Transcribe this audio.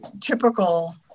typical